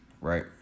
right